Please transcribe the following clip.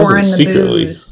Secretly